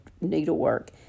needlework